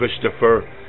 Christopher